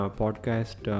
podcast